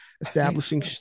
establishing